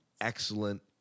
excellent